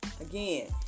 Again